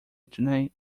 tonight